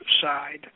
side